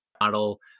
model